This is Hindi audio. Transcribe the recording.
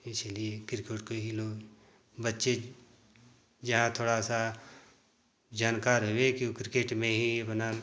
इसलिए किर्केट को ही लोग बच्चे जहाँ थोड़ा सा जानकार हुए कि वो किर्केट में ही अपना